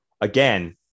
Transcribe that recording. again